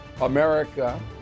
America